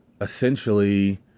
essentially